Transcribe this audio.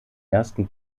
ersten